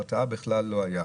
הרתעה בכלל לא הייתה.